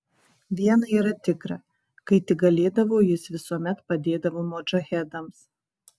viena yra tikra kai tik galėdavo jis visuomet padėdavo modžahedams